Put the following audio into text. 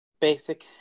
basic